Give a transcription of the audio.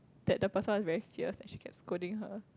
that the person was very fierce and she kept scolding her